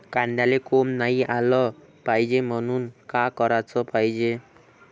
कांद्याला कोंब नाई आलं पायजे म्हनून का कराच पायजे?